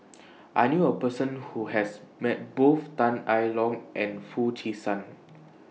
I knew A Person Who has Met Both Tan I Tong and Foo Chee San